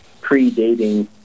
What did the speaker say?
predating